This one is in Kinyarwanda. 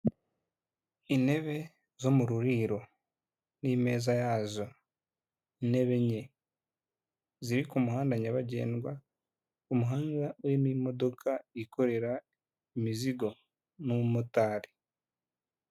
Intebe zo mu ruriro n'imeza yazo, ntebe enye. Ziri ku muhanda nyabagendwa, umuhanda urimo imodoka yikorera imizigo, n'umumotari.